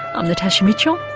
i'm natasha mitchell,